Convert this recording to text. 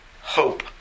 hope